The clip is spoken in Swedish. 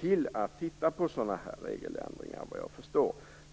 till att titta på sådana här regeländringar, efter vad jag förstår.